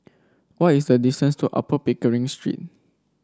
what is the distance to Upper Pickering Street